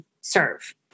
serve